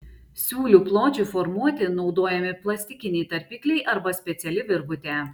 siūlių pločiui formuoti naudojami plastikiniai tarpikliai arba speciali virvutė